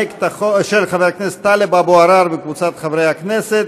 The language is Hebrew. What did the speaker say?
של חבר הכנסת טלב אבו עראר וקבוצת חברי הכנסת.